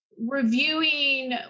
Reviewing